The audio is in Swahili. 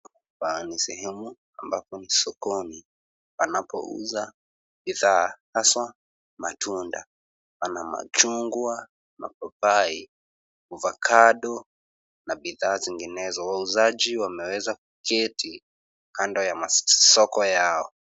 Hapa ni sehemu ambapo ni sokoni panapouza bidhaa haswa matunda pana machungwa, mapapai, ovacado na bidhaa zinginezo. Wauzaji wameweza kuketi kando ya masoko yao.